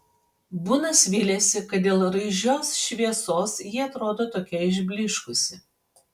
bunas vylėsi kad dėl raižios šviesos ji atrodo tokia išblyškusi